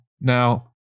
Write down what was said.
Now